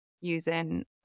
using